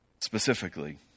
specifically